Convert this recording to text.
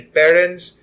parents